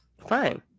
Fine